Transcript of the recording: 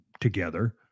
together